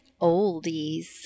oldies